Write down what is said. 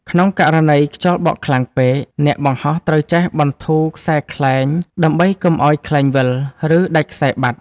ក្នុងករណីខ្យល់បក់ខ្លាំងពេក អ្នកបង្ហោះត្រូវចេះបន្ធូរខ្សែខ្លែង ដើម្បីកុំឱ្យខ្លែងវិល ឬដាច់ខ្សែបាត់។